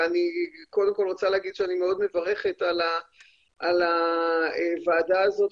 ואני קודם כל רוצה להגיד שאני מאוד מברכת על הוועדה הזאת,